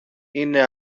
είναι